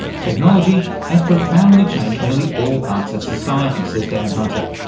technology has profoundly changed nearly all parts of society, says dan hunter,